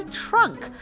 trunk